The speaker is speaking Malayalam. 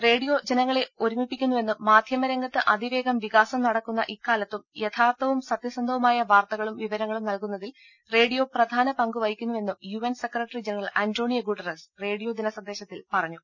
റേഡിയോ ജനങ്ങളെ ഒരുമിപ്പിക്കുന്നുവെന്നും മാധ്യമ രംഗത്ത് അതിവേഗ വികാസം നടക്കുന്ന ഇക്കാലത്തും യഥാർത്ഥവും സത്യസന്ധവുമായ വാർത്തകളും വിവരങ്ങളും നൽകുന്നതിൽ റേഡിയോ പ്രധാന പങ്കുവഹിക്കുന്നുവെന്നും U N secretary general Antonio Guterres radio ദിന സന്ദേശത്തിൽ പറഞ്ഞു